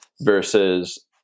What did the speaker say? versus